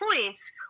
points